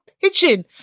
pitching